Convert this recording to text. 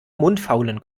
mundfaulen